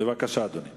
בבקשה, אדוני.